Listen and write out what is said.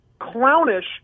clownish